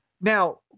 Now